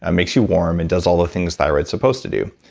ah makes you warm, and does all the things thyroid's supposed to do.